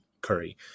Curry